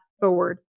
forward